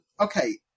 okay